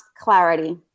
clarity